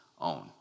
own